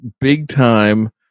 big-time